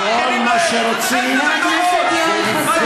פחות יהודים ממך?